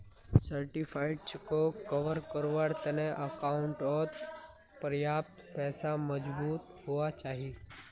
certified चेकोक कवर कारवार तने अकाउंटओत पर्याप्त पैसा मौजूद हुवा चाहि